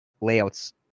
layouts